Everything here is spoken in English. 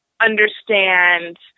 understand